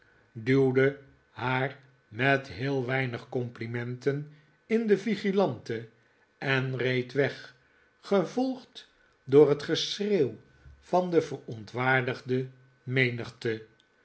duwde haar met heel weinig complimenten in de vigilante en reed weg gevolgd door het geschreeuw van de verontwaardigde menigte